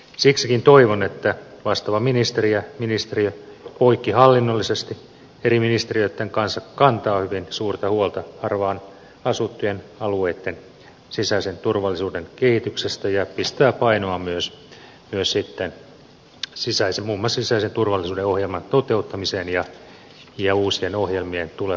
siksikin toivon että vastaava ministeri ja ministeriö poikkihallinnollisesti eri ministeriöitten kanssa kantavat hyvin suurta huolta harvaan asuttujen alueitten sisäisen turvallisuuden kehityksestä ja pistävät painoa myös muun muassa sisäisen turvallisuuden ohjelman toteuttamiseen ja uusien ohjelmien tulevaan laadintaan